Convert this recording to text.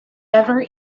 never